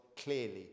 clearly